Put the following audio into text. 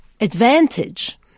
advantage